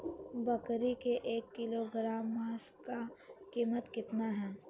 बकरी के एक किलोग्राम मांस का कीमत कितना है?